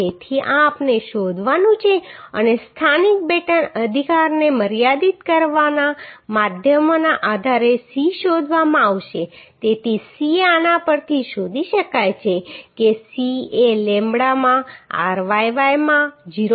તેથી આ આપણે શોધવાનું છે અને સ્થાનિક બેટન અધિકારને મર્યાદિત કરવાના માધ્યમોના આધારે C શોધવામાં આવશે તેથી C આના પરથી શોધી શકાય છે કે C એ લેમ્બડામાં ryy માં 0